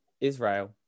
Israel